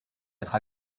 être